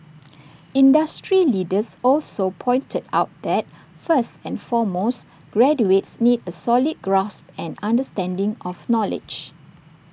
industry leaders also pointed out that first and foremost graduates need A solid grasp and understanding of knowledge